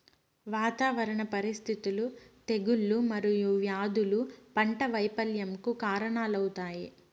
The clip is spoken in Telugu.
వాతావరణ పరిస్థితులు, తెగుళ్ళు మరియు వ్యాధులు పంట వైపల్యంకు కారణాలవుతాయి